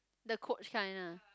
the coach kind ah